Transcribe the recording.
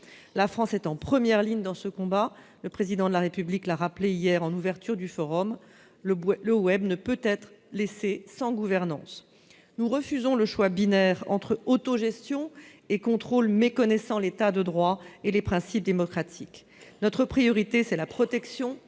La France est en première ligne dans ce combat. Le Président de la République l'a rappelé hier en ouverture du forum : le ne peut être laissé sans gouvernance. Nous refusons le choix binaire entre autogestion et contrôle méconnaissant l'État de droit et les principes démocratiques. Notre priorité, c'est la protection